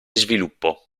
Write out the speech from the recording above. sviluppo